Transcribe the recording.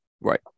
Right